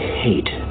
hate